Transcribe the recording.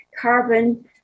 carbon